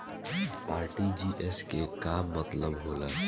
RTGS के का मतलब होला?